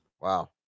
wow